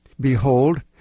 Behold